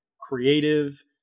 creative